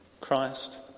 Christ